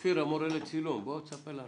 כפיר, המורה לצילום, בוא ספר לנו.